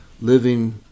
living